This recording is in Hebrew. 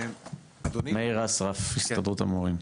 מאיר אסרף, הסתדרות המורים.